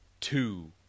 two